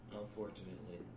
Unfortunately